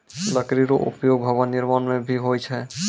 लकड़ी रो उपयोग भवन निर्माण म भी होय छै